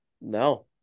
No